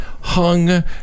hung